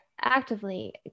actively